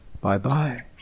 Bye-bye